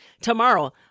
Tomorrow